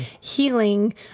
healing